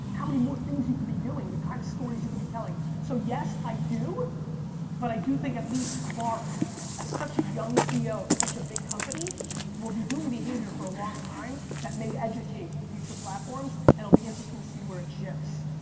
how many more things you could be doing, the kind of stories you can be telling. so yes, i do but i do think at least mark as such a young ceo of such a big company will be doing behavior for a long time that may educate future platforms and be interesting to see where it shifts.